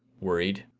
worried,